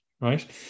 right